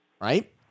Right